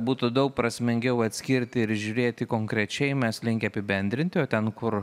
būtų daug prasmingiau atskirti ir žiūrėti konkrečiai mes linkę apibendrinti o ten kur